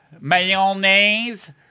Mayonnaise